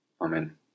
Amen